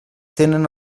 tenen